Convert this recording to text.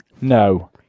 No